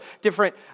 different